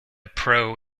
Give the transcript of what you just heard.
pro